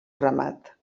ramat